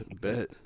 bet